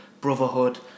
brotherhood